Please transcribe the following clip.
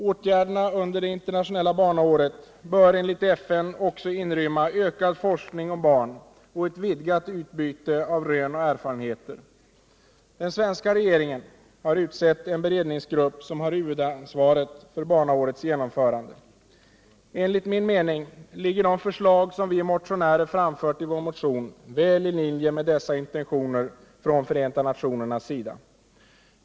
Åtgärderna under det internationella barnaåret bör enligt FN också inrymma ökad forskning om barn och ett vidgat utbyte av rön och erfarenheter. Den svenska regeringen har utsett en beredningsgrupp, som har huvudansvaret för barnaårets genomförande. Enligt min mening ligger de förslag som vi motionärer framfört i vår motion väl i linje med dessa intentioner från FN.